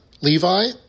Levi